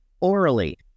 orally